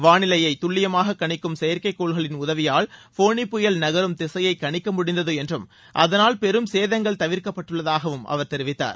வானிலையை துல்லியமாக கணிக்கும் செயற்கைகோள்களின் உதவியால் போனி புயல் நகரும் திசையை கணிக்க முடிந்தது என்றும் அதனால் பெரும் சேதங்கள் தவிர்க்கப்பட்டுள்ளதாகவும் அவர் தெரிவித்தார்